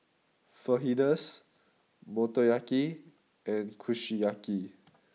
Fajitas Motoyaki and Kushiyaki